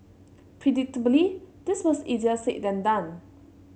predictably this was easier said than done